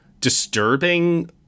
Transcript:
disturbing